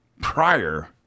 prior